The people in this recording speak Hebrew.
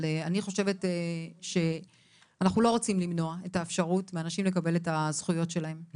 אנחנו לא רוצים למנוע את האפשרות מאנשים לקבל את הזכויות שלהם,